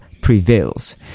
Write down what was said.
prevails